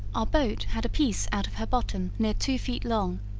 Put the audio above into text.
our boat had a piece out of her bottom near two feet long,